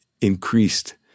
increased